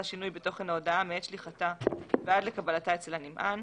שינוי בתוכן ההודעה מעת שליחתה ועד לקבלתה אצל הנמען.